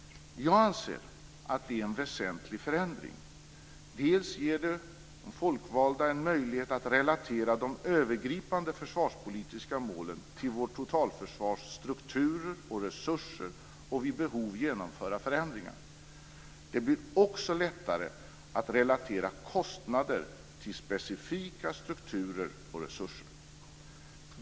Jag anser att det är en väsentlig förändring: Dels ger den de folkvalda en möjlighet att relatera de övergripande försvarspolitiska målen till vårt totalförsvars strukturer och resurser och vid behov genomföra förändringar. Dels blir det lättare att relatera kostnader till specifika strukturer och resurser.